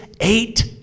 eight